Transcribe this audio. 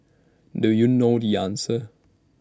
do you know the answer